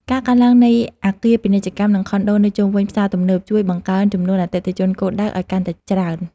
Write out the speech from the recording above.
ការកើនឡើងនៃអគារពាណិជ្ជកម្មនិងខុនដូនៅជុំវិញផ្សារទំនើប ជួយបង្កើនចំនួនអតិថិជនគោលដៅឱ្យកាន់តែច្រើន។